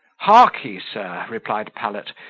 hark ye, sir, replied pallet,